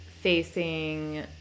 facing